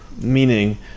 meaning